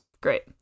Great